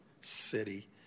city